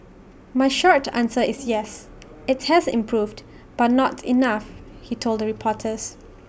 my short answer is yes IT has improved but not enough he told reporters